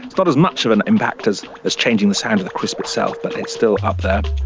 it's not as much of an impact as as changing the sound of the crisp itself, but and it's still up there.